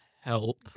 help